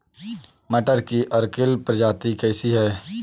मटर की अर्किल प्रजाति कैसी है?